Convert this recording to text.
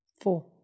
Four